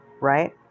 right